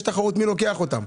יש תחרות מי לוקח אותם.